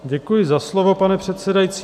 Děkuji za slovo, pane předsedající.